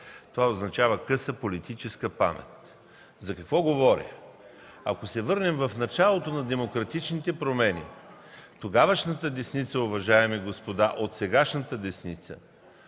Това означава къса политическа памет. За какво говоря? Ако се върнем в началото на демократичните промени, тогавашната десница, уважаеми господа от сегашната десница,